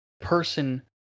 person